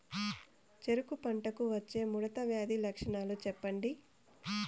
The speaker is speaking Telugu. చెరుకు పంటకు వచ్చే ముడత వ్యాధి లక్షణాలు చెప్పండి?